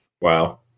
Wow